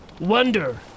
Wonder